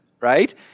right